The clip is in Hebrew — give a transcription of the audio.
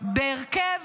בהרכב